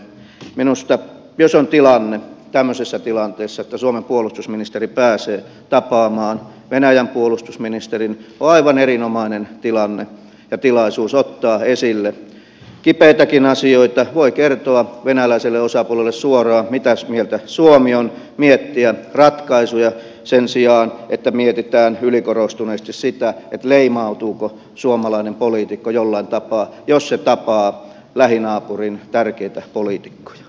minusta jos on tilanne tämmöisessä tilanteessa että suomen puolustusministeri pääsee tapaamaan venäjän puolustusministerin niin se on aivan erinomainen tilanne ja tilaisuus ottaa esille kipeitäkin asioita voi kertoa venäläiselle osapuolelle suoraan mitäs mieltä suomi on miettiä ratkaisuja sen sijaan että mietitään ylikorostuneesti sitä leimautuuko suomalainen poliitikko jollain tapaa jos se tapaa lähinaapurin tärkeitä poliitikkoja